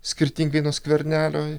skirtingai nuo skvernelio